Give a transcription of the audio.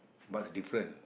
but it's different